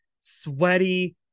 sweaty